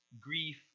grief